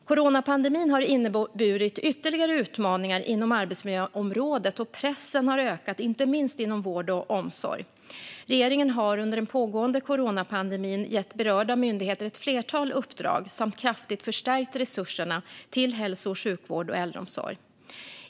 Coronapandemin har inneburit ytterligare utmaningar inom arbetsmiljöområdet, och pressen har ökat, inte minst inom vård och omsorg. Regeringen har under den pågående coronapandemin gett berörda myndigheter ett flertal uppdrag samt kraftigt förstärkt resurserna till hälso och sjukvård och äldreomsorg.